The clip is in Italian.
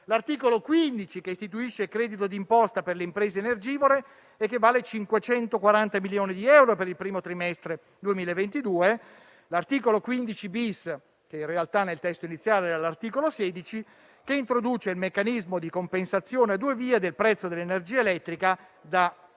L'articolo 15 istituisce il credito d'imposta per le imprese energivore e vale 540 milioni di euro per il primo trimestre del 2022. L'articolo 15-*bis*, che in realtà nel testo iniziale era l'articolo 16, introduce il meccanismo di compensazione a due vie del prezzo dell'energia elettrica, da inizio